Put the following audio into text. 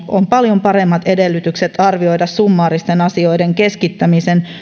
on paljon paremmat edellytykset arvioida summaaristen asioiden keskittämisen